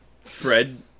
Fred